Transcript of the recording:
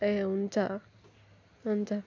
ए हुन्छ हुन्छ